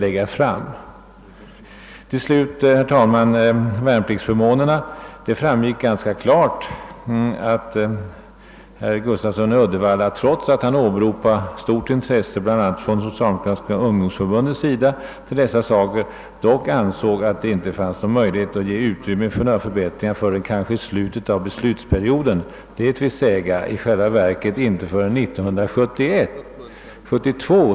Vad slutligen de värnpliktigas förmåner angår framgick det ganska klart att herr Gustafsson i Uddevalla, trots att han åberopade Socialdemokratiska ungdomsförbundets stora intresse för de frågorna, ansåg att det inte fanns några förutsättningar att göra några förbättringar förrän möjligen i slutet av perioden, d.v.s. först 1971—1972.